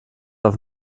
auf